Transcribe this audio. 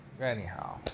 anyhow